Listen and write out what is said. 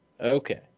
Okay